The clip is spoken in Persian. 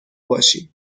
باشیم